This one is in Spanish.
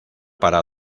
para